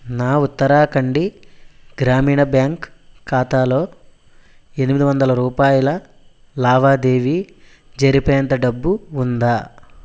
నా ఉత్తరాఖండ గ్రామీణ బ్యాంక్ ఖాతాలో ఎనిమిది వందల రూపాయల లావాదేవీ జరిపేంత డబ్బు ఉందా